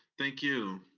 thank you.